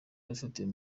yafatiwe